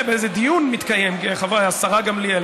דיון מתקיים, השרה גמליאל.